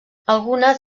algunes